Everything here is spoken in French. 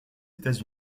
états